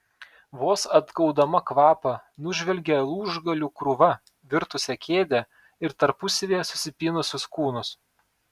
vos atgaudama kvapą nužvelgė lūžgalių krūva virtusią kėdę ir tarpusavyje susipynusius kūnus